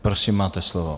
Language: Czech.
Prosím, máte slovo.